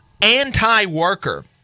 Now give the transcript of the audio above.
anti-worker